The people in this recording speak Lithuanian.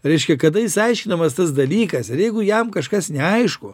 reiškia kada jis aiškinamas tas dalykas ir jeigu jam kažkas neaišku